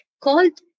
called